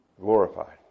glorified